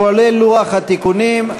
כולל לוח התיקונים.